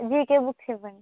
GK books ఇవ్వండి